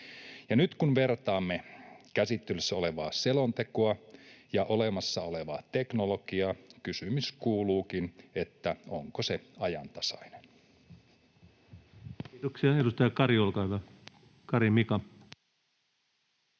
nyt kun vertaamme käsittelyssä olevaa selontekoa ja olemassa olevaa teknologiaa, kysymys kuuluukin: onko se ajantasainen? Kiitoksia. — Edustaja Mika Kari, olkaa hyvä. Arvoisa